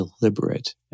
deliberate